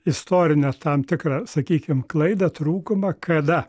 istorinę tam tikrą sakykim klaidą trūkumą kada